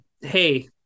hey